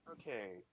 okay